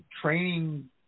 training